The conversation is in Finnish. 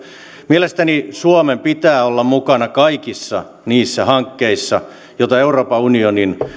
mielestäni suomen pitää olla mukana kaikissa niissä hankkeissa joita euroopan unionin